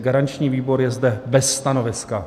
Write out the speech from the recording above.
Garanční výbor je zde bez stanoviska.